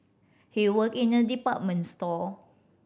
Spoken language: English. he worked in a department store